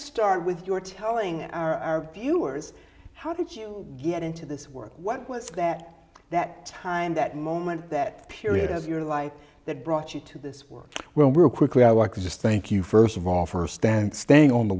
start with your telling our viewers how did you get into this work what was that that time that moment that period of your life that brought you to this work well we're quickly i want just thank you first of all first stand staying on the